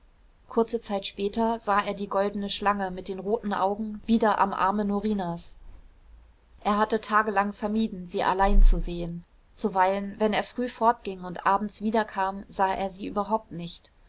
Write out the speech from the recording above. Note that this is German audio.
kurze zeit später sah er die goldene schlange mit den roten augen wieder am arme norinas er hatte tagelang vermieden sie allein zu sehen zuweilen wenn er früh fortging und abends wiederkam sah er sie überhaupt nicht